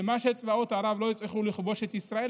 שצבאות ערב לא הצליחו לכבוש את ישראל,